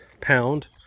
pound